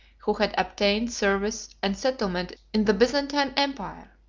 who had obtained service and settlement in the byzantine empire.